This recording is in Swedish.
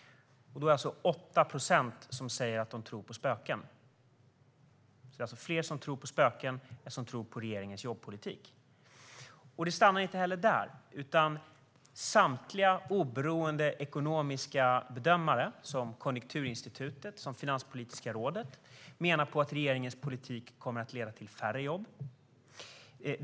Det är 8 procent som säger att de tror på spöken. Det är alltså fler som tror på spöken än som tror på regeringens jobbpolitik. Men det stannar inte heller där. Samtliga oberoende ekonomiska bedömare, som Konjunkturinstitutet och Finanspolitiska rådet, menar att regeringens politik kommer att leda till färre jobb.